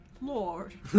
lord